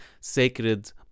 sacred